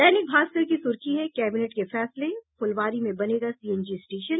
दैनिक भास्कर की सुर्खी है कैबिनेट के फैसले फुलवारी में बनेगा सीएनजी स्टेशन